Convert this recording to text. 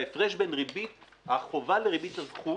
ההפרש בין ריבית החובה לריבית הזכות